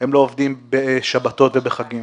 הם לא עובדים בשבתות ובחגים.